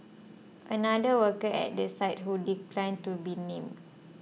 another worker at the site who declined to be named